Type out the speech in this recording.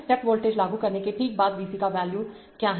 step voltage लागू करने के ठीक बाद V c का वैल्यू क्या है